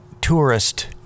tourist